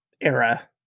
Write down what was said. era